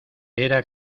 era